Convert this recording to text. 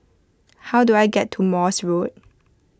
how do I get to Morse Road